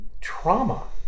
trauma